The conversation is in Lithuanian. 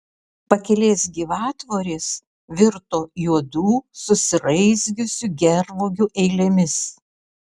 pakelės gyvatvorės virto juodų susiraizgiusių gervuogių eilėmis